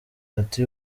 ati